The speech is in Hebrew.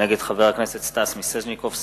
נגד חבר הכנסת סטס מיסז'ניקוב,